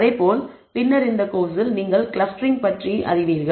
அதேபோல் பின்னர் இந்த கோர்ஸில் நீங்கள் கிளஸ்டரிங் பற்றி அறிவீர்கள்